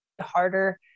harder